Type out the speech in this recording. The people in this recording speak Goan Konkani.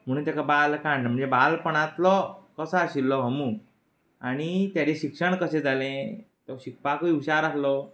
म्हणून तेका बालकांड म्हणचे बालपणांतलो कसो आशिल्लो ह मो आनी ताचें शिक्षण कशें जालें तो शिकपाकूय हुशार आहलो